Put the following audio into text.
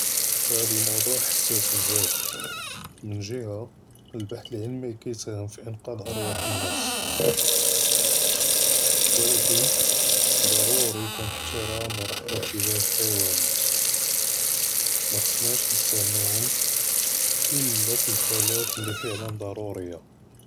הַדּ מֻוְדּוּעַ חַסַאס בְּזַאף מִן גִ'הַת אֶלְבַּחְת' אֶלְעִלְמִי כַּיְּסַהֵם פִּי אִנְקַאצ אַרְוַח נַאס, וּלָקִין דַּרּוּרִי יְקוּן אֶסְתִיחְתָאם וְרַחְמָה תַּגִ'ה אֶלְחַיַונַאת, מַחְסַנַּאש נִסְתַעְמְלוּהּוּן אִלָא פִּי אֶלְחַالات לִי פַּעְלָּן דַּרּוּרִיַּה.